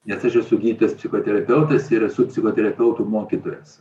nes aš esu gydytojas psichoterapeutas ir esu psichoterapeutų mokytojas